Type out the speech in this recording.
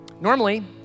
normally